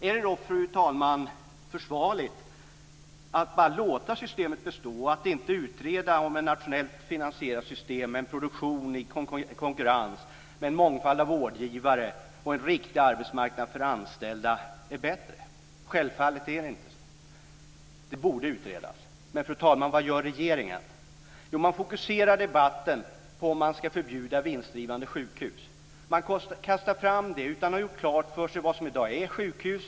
Är det då, fru talman, försvarligt att bara låta systemet bestå och inte utreda om ett nationellt finansierat system med en produktion i konkurrens, med en mångfald av vårdgivare och en riktig arbetsmarknad för de anställda är bättre? Självfallet är det inte så. Det här borde utredas. Men, fru talman, vad gör regeringen? Jo, man fokuserar debatten på om man ska förbjuda vinstdrivande sjukhus. Man kastar fram det utan att ha gjort klart för sig vad som i dag är ett sjukhus.